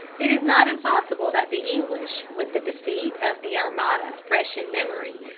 it is not impossible that the english, with the defeat of the armada fresh in memory,